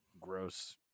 Gross